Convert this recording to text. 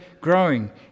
growing